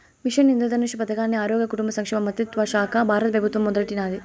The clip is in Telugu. మిషన్ ఇంద్రధనుష్ పదకాన్ని ఆరోగ్య, కుటుంబ సంక్షేమ మంత్రిత్వశాక బారత పెబుత్వం మొదలెట్టినాది